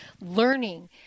learning